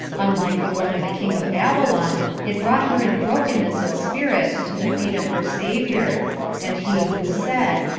unlike the one of the king of babylon it brought her in brokenness of spirit to the feet of her saviour and he who said,